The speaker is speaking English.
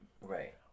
right